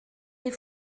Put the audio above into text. des